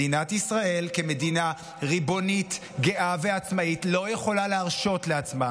מדינת ישראל כמדינה ריבונית גאה ועצמאית לא יכולה להרשות לעצמה